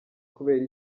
kubera